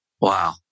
Wow